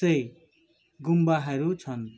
सय गुम्बाहरू छन्